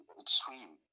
extreme